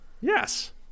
Yes